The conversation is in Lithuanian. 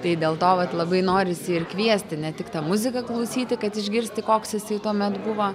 tai dėl to vat labai norisi ir kviesti ne tik tą muziką klausyti kad išgirsti koks jisai tuomet buvo